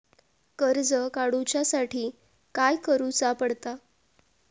कर्ज काडूच्या साठी काय करुचा पडता?